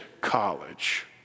college